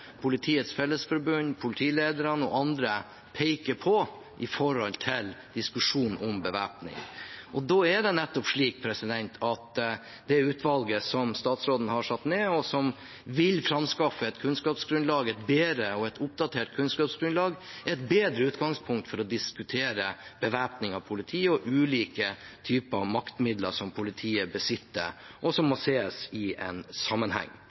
diskusjonen om bevæpning. Da er det nettopp slik at det utvalget som statsråden har satt ned, og som vil framskaffe et kunnskapsgrunnlag – et bedre og oppdatert kunnskapsgrunnlag – er et bedre utgangspunkt for å diskutere bevæpning av politiet og ulike typer maktmidler som politiet besitter, og som må ses i en sammenheng.